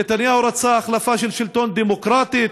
נתניהו רצה החלפת שלטון דמוקרטית,